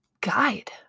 guide